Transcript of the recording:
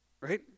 Right